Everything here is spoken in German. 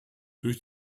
durch